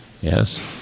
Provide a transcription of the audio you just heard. Yes